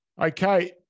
Okay